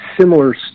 similar